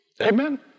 Amen